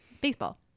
Baseball